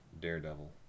Daredevil